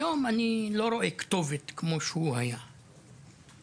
היום אני לא כתובת, כפי שהיווה סגלוביץ׳.